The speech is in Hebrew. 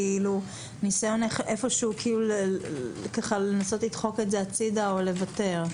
ניסיון לדחוק את זה הצדה או לוותר.